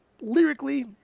lyrically